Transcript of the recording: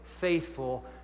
faithful